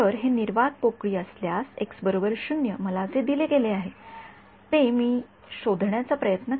तर हे निर्वात पोकळी असल्यास मला जे दिले गेले आहे ते मी ते शोधण्याचा प्रयत्न करणार नाही